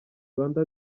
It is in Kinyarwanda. rwanda